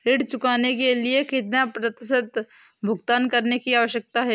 ऋण चुकाने के लिए कितना प्रतिशत भुगतान करने की आवश्यकता है?